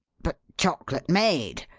but chocolate maid?